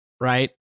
right